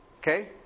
Okay